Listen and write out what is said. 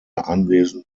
anwesenden